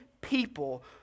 people